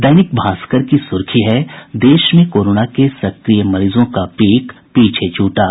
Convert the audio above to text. दैनिक भास्कर की सुर्खी है देश में कोरोना के सक्रिय मरीजों का पीक पीछे छूटा